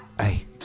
Hey